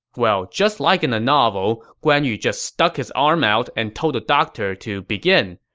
well, just like in the novel, guan yu just stuck his arm out and told the doctor to begin,